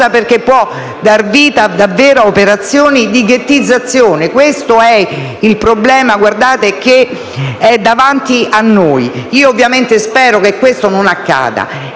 perché può dar vita a operazioni di ghettizzazione: questo è il problema che è davanti a noi. Ovviamente, spero che questo non accada.